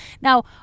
Now